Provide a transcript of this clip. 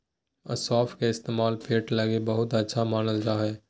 सौंफ के इस्तेमाल पेट लगी बहुते अच्छा मानल जा हय